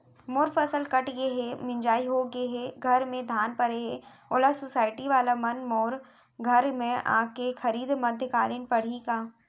मोर फसल कट गे हे, मिंजाई हो गे हे, घर में धान परे हे, ओला सुसायटी वाला मन मोर घर म आके खरीद मध्यकालीन पड़ही का?